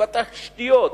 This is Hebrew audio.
בתשתיות,